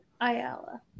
Ayala